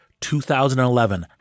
2011